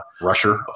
rusher